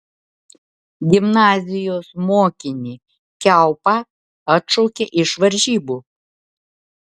gimnazijos mokinį kiaupą atšaukė iš varžybų